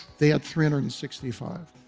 they had three hundred and sixty five.